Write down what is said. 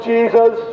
Jesus